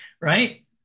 Right